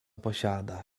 posiadał